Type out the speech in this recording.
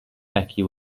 becky